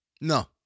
No